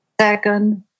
second